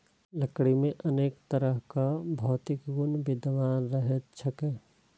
लकड़ी मे अनेक तरहक भौतिक गुण विद्यमान रहैत छैक